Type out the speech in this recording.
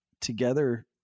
together